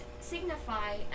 signify